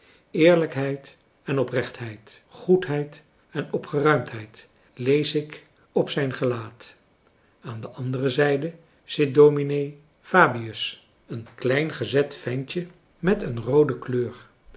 eerlijkheid en oprechtheid goedheid en opgeruimdheid lees ik op zijn gelaat aan de andere zijde zit dominee fabius een klein gezet ventje met een roode kleur